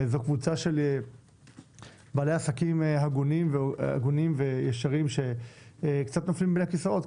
זו קבוצה של בעלי עסקים הגונים וישרים שקצת נופלים בין הכיסאות,